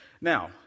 Now